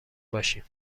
باشیم